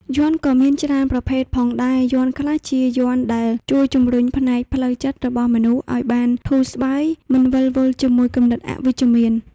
យ័ន្តក៏មានច្រើនប្រភេទផងដែរយ័ន្តខ្លះជាយ័ន្តដែលជួយជម្រុញផ្នែកផ្លូវចិត្តរបស់មនុស្សឲ្យបានធូរស្បើយមិនវិលវល់ជាមួយគំនិតអវិជ្ជមាន